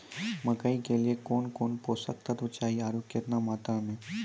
मकई के लिए कौन कौन पोसक तत्व चाहिए आरु केतना मात्रा मे?